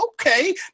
okay